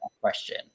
question